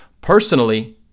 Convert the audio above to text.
Personally